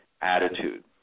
attitude